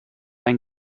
ein